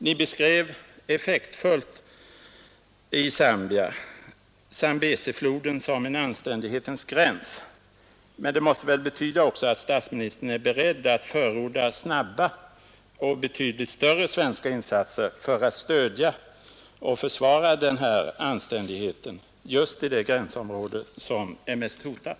Ni beskrev i Zambia effektfullt Zambesifloden som en ”anständighetens gräns” men det måste väl också betyda att statsministern är beredd att förorda snabba och betydligt större svenska insatser för att stödja och försvara anständigheten just i det gränsområde som är mest hotat.